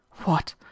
What